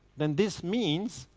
then this means,